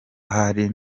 hari